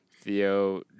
Theo